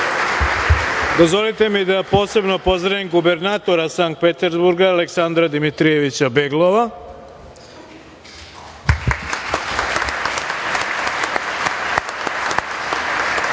mi da posebno pozdravim gubernatora Sankt Petersburga Aleksandra Dimitrijeviča Beglova,